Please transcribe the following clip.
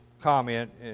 comment